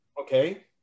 Okay